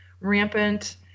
rampant